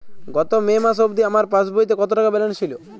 গত মে মাস অবধি আমার পাসবইতে কত টাকা ব্যালেন্স ছিল?